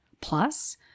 plus